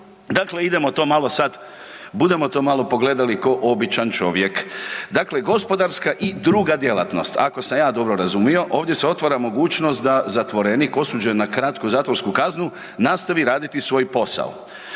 Dakle, idemo to malo sad, budemo to malo pogledali ko običan čovjek. Dakle, gospodarska i druga djelatnost, ako sam ja dobro razumio, ovdje se otvara mogućnost da zatvorenik osuđen na kratku zatvorsku kaznu nastavi raditi svoj posao.